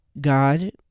God